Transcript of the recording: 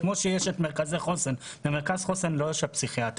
כמו שיש את מרכזי חוסן כאשר במרכז חוסן לא יושב פסיכיאטר.